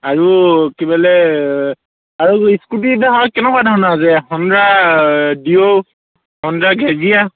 আৰু কি বলে আৰু স্কুটি ধৰক কেনেকুৱা ধৰণৰ আছে হণ্ডা ডিঅ হণ্ডা গ্ৰাজীয়া